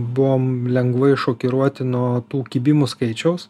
buvom lengvai šokiruoti nuo tų kibimų skaičiaus